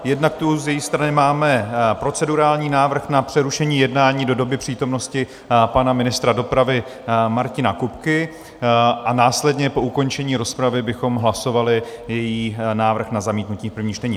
Jednak tu z její strany máme procedurální návrh na přerušení jednání do doby přítomnosti pana ministra dopravy Martina Kupky, následně po ukončení rozpravy bychom hlasovali její návrh na zamítnutí v prvním čtení.